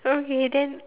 okay then